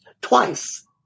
Twice